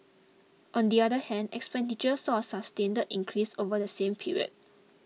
on the other hand expenditure saw a sustained increase over the same period